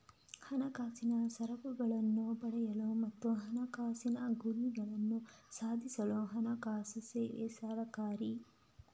ಹಣಕಾಸಿನ ಸರಕುಗಳನ್ನ ಪಡೆಯಲು ಮತ್ತು ಹಣಕಾಸಿನ ಗುರಿಗಳನ್ನ ಸಾಧಿಸಲು ಹಣಕಾಸು ಸೇವೆ ಸಹಕಾರಿ